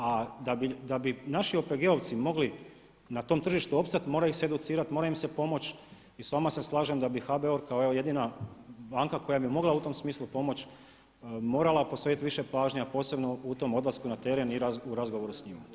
A da bi naši OPG-ovci mogli na tom tržištu opstati moraju se educirati, mora im se pomoći i s vama se slažem da bi HBOR kao evo jedina banka koja bi mogla u tom smislu pomoći morala posvetiti više pažnje a posebno u tom odlasku na teren i razgovoru s njima.